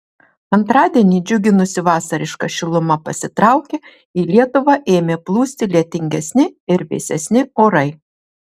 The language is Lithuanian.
antradienį džiuginusi vasariška šiluma pasitraukė į lietuvą ėmė plūsti lietingesni ir vėsesni orai